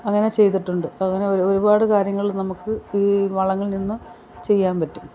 അങ്ങനെ ചെയ്തിട്ടുണ്ട് അങ്ങനെ ഒരു ഒരുപാട് കാര്യങ്ങൾ നമുക്ക് ഈ വളങ്ങളിൽ നിന്ന് ചെയ്യാൻ പറ്റും